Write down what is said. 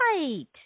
Right